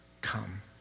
Come